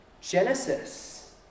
Genesis